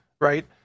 right